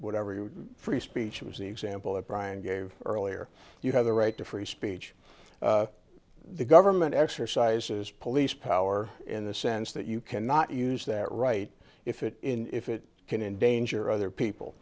whatever your free speech was the example that brian gave earlier you have the right to free speech the government exercises police power in the sense that you cannot use that right if it in if it can endanger other people